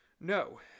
no